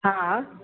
हा